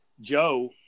Joe –